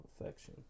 affection